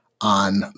on